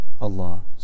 Allah